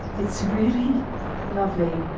it's really lovely.